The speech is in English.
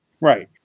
Right